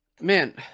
Man